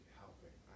helping